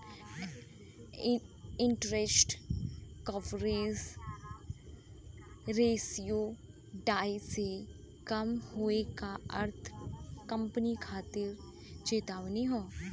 interest coverage ratio ढाई से कम होये क अर्थ कंपनी खातिर चेतावनी हौ